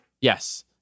Yes